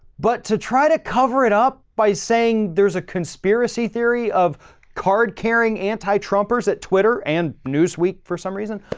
but to try to cover it up by saying there's a conspiracy theory of card carrying anti-trumpers at twitter and news week for some reason,